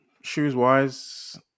Shoes-wise